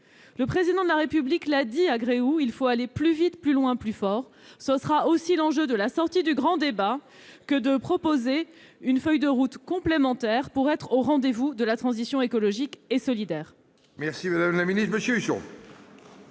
le Président de la République à Gréoux-les-Bains, il faut aller plus vite, plus loin, plus fort. L'enjeu de la sortie du grand débat sera aussi de proposer une feuille de route complémentaire pour être au rendez-vous de la transition écologique et solidaire.